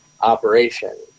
operation